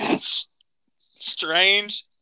Strange